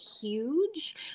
huge